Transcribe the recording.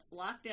lockdown